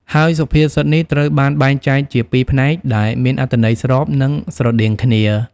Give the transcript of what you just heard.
ហើយសុភាសិតនេះត្រូវបានបែងចែកជាពីរផ្នែក ដែលមានអត្ថន័យស្រប និងស្រដៀងគ្នា។